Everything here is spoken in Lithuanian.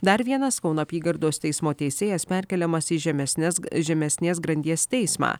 dar vienas kauno apygardos teismo teisėjas perkeliamas į žemesnes žemesnės grandies teismą